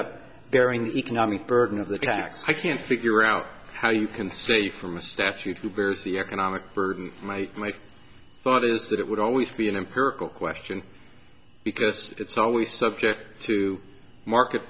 bearing economic burden of the tax i can't figure out how you can stray from a statute who bears the economic burden my thought is that it would always be an empirical question because it's always subject to market